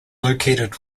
located